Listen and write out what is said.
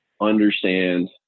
understand